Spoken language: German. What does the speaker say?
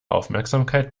aufmerksamkeit